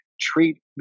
treat